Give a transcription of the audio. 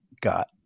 got